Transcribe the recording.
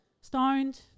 stoned